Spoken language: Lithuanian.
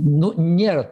nu nėra